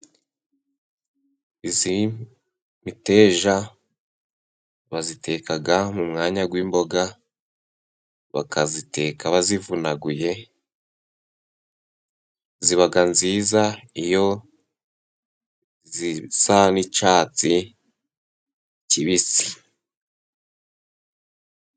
Iyi miteja bayitekaga mu mwanya w'imboga, bakayiteka baziyunaguye, zibaga nziza iyo zisa n'icyatsi kibisi.